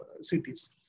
cities